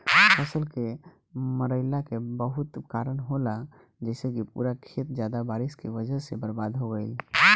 फसल के मरईला के बहुत कारन होला जइसे कि पूरा खेत ज्यादा बारिश के वजह से बर्बाद हो गईल